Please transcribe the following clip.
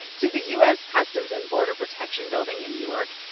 to the u s. customs and border protection building in newark.